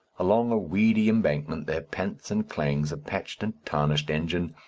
along a weedy embankment there pants and clangs a patched and tarnished engine,